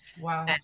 Wow